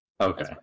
Okay